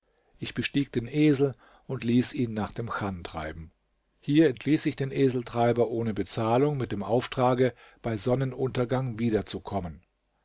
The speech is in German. ich bestieg den esel und ließ ihn nach dem chan treiben hier entließ ich den eseltreiber ohne bezahlung mit dem auftrage bei sonnenuntergang wiederzukommen